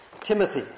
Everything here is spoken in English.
Timothy